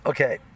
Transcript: Okay